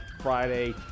Friday